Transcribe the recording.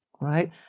right